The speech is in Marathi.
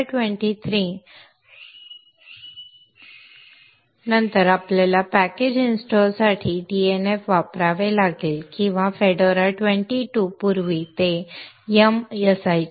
Fedora 22 नंतर आपल्याला पॅकेज इंस्टॉलरसाठी dnf वापरावे लागेल किंवा fedora 22 पूर्वी ते yum असायचे